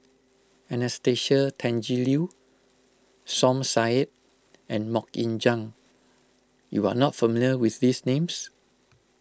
Anastasia Tjendri Liew Som Said and Mok Ying Jang you are not familiar with these names